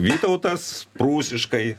vytautas prūsiškai